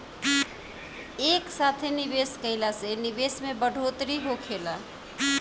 एक साथे निवेश कईला से निवेश में बढ़ोतरी होखेला